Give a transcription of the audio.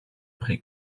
pri